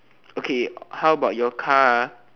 okay how about your car ah